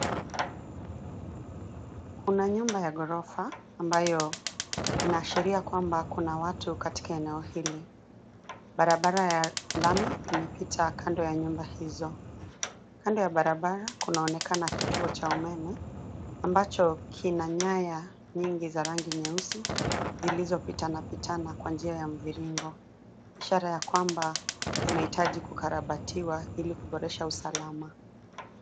Kuna nyumba ya ghorofa ambayo inaashiria kwamba kuna watu katika eneo hili. Barabara ya lami imepita kando ya nyumba hizo. Kando ya barabara kunaonekana kituo cha umeme ambacho kina nyaya nyingi za rangi nyeusi zilizopitanapitana kwa njia ya mviringo, ishara ya kwamba zinahitaji kukarabatiwa ili kuboresha usalama.